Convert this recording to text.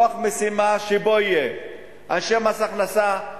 כוח משימה שבו יהיו אנשי מס הכנסה,